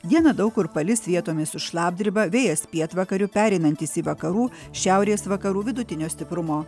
dieną daug kur palis vietomis su šlapdriba vėjas pietvakarių pereinantis į vakarų šiaurės vakarų vidutinio stiprumo